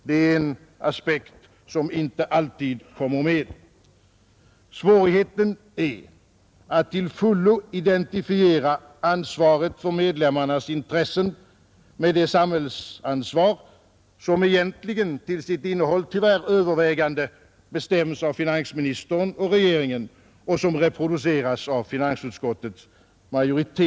Det är en aspekt som inte alltid kommer med i bilden. Svårigheten är att till fullo identifiera ansvaret för medlemmarnas intressen med det samhällsansvar som egentligen till sitt innehåll, tyvärr övervägande, bestäms av finansministern och regeringen och som reproduceras av finansutskottets majoritet.